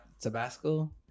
Tabasco